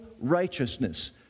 righteousness